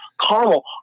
Carmel